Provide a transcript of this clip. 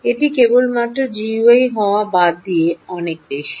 এটি কেবলমাত্র জিইউআই হওয়া বাদ দিয়ে অনেক বেশি